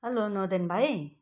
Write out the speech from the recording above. hello नोर्देन भाइ